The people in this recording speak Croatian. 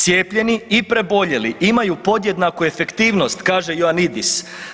Cijepljeni i preboljeli imaju podjednaku efektivnost, kaže Ioannidis.